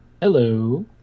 Hello